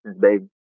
baby